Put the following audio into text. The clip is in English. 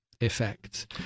effects